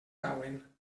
cauen